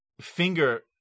finger